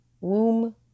womb